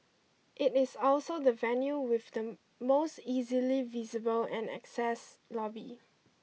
it is also the venue with the most easily visible and access lobby